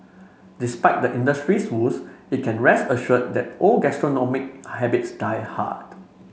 despite the industry's woes it can rest assured that old gastronomic habits die hard